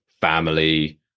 family